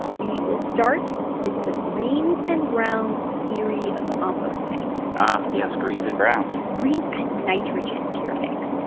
we will start with the greens and browns theory of composting, ah yes greens and browns greens add nitrogen to your mix.